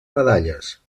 medalles